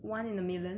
nope